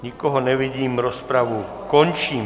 Nikoho nevidím, rozpravu končím.